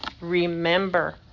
remember